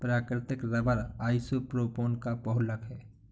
प्राकृतिक rubber isopropene का बहुलक है